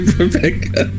Rebecca